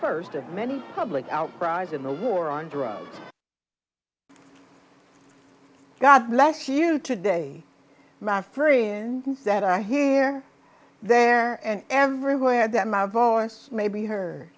first of many public outcry xin the war on drugs god bless you today my friend that i hear there and everywhere that my voice may be he